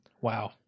Wow